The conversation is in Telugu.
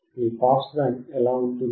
మీ పాస్ బ్యాండ్ ఎలా ఉంటుంది